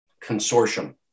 consortium